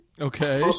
Okay